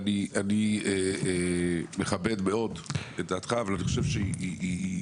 אני מאוד מכבד את דעתך אבל אני חושב מניסיוני,